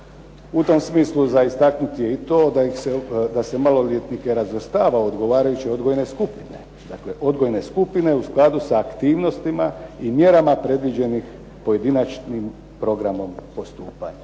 U tom smislu za istaknuti je i to da se maloljetnike razvrstava u odgovarajuće odgojne skupine. Dakle odgojne skupine u skladu sa aktivnostima i mjerama predviđenih pojedinačnim programom postupanja.